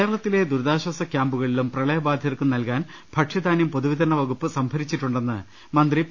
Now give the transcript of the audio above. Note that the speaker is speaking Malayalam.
കേരളത്തിലെ ദുരിതാശ്ചാസ ക്യാമ്പുകളിലും പ്രളയ ബാധി തർക്കും നൽകാൻ ഭക്ഷ്യധാനൃം പൊതുവിതരണ വകുപ്പ് സംഭരിച്ചി ട്ടുണ്ടെന്ന് മന്ത്രി പി